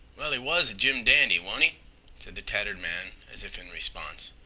well, he was a jim-dandy, wa'n't e? said the tattered man as if in response.